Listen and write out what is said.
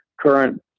current